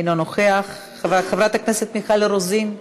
אינו נוכח, חברת הכנסת מיכל רוזין,